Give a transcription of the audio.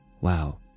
Wow